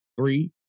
Three